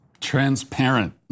Transparent